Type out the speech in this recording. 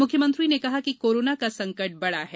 मुख्यमंत्री ने कहा कि कोरोना का संकट बड़ा है